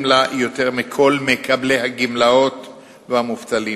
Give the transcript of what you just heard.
לה יותר מכל מקבלי הגמלאות והמובטלים.